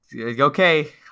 okay